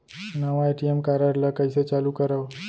नवा ATM card ल कइसे चालू करव?